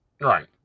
Right